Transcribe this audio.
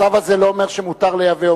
הצו הזה לא אומר שמותר לייבא,